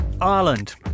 Ireland